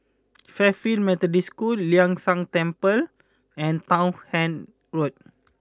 Fairfield Methodist School Ling San Teng Temple and Townshend Road